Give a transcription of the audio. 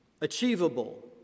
achievable